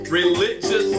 religious